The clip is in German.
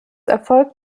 erfolgt